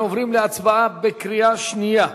אנחנו עוברים להצבעה בקריאה שנייה.